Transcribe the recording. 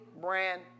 brand